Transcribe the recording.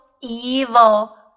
evil